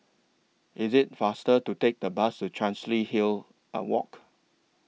IS IT faster to Take The Bus to Chancery Hill Are Walk